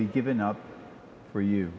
be given up for you